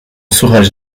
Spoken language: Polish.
słuchać